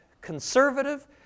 conservative